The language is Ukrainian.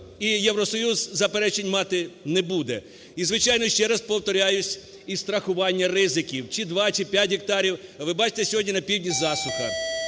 і Євросоюз заперечень мати не буде. І, звичайно, ще раз повторююся, і страхування ризиків, чи два, чи п'ять гектарів. Ви бачите, сьогодні на півдні засуха,